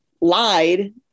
lied